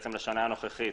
לשנה הנוכחית,